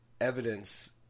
evidence